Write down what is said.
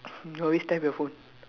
no you still have your phone